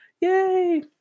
Yay